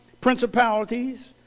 principalities